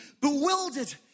bewildered